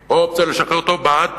יש אופציה לשחרר אותו באופן כוחני,